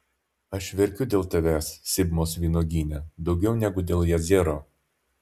aš verkiu dėl tavęs sibmos vynuogyne daugiau negu dėl jazero